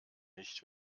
nicht